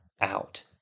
out